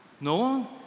No